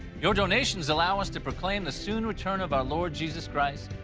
your donations allow us to proclaim the soon return of our lord jesus christ,